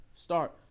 Start